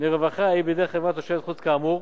מרווחיה היא בידי חברה תושבת חוץ כאמור.